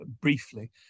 briefly